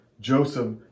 Joseph